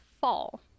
fall